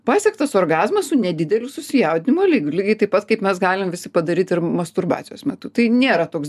pasiektas orgazmas su nedideliu susijaudinimo lygiu lygiai taip pat kaip mes galim visi padaryt ir masturbacijos metu tai nėra toks